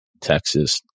Texas